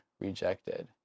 rejected